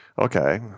okay